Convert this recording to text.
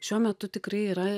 šiuo metu tikrai yra